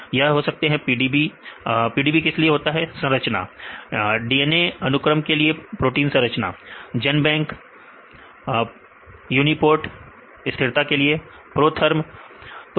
विद्यार्थी PDB PDB किस लिए होता है विद्यार्थी संरचना DNA अनुक्रम के लिए प्रोटीन संरचना विद्यार्थी जनबैंक जनबैंक या समय देखें0621 प्रोटीन संरचना विद्यार्थी यूनिपोर्ट यूनिपोर्ट ठीक है स्थिरता के लिए विद्यार्थी प्रोथर्म प्रोथर्म